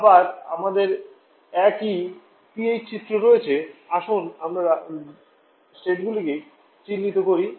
আবার আমাদের একই P H চিত্র রয়েছে আসুন আমরা স্টেটগুলি চিহ্নিত করি